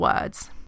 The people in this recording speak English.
words